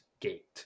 gate